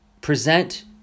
present